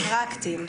פרקטים,